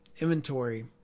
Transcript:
inventory